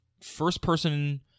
first-person